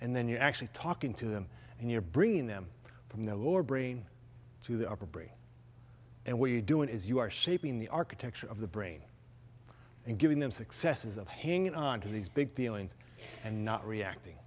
and then you're actually talking to them and you're bringing them from the lower brain to the upper brain and what you're doing is you are shaping the architecture of the brain and giving them successes of hanging on to these big feelings and not reacting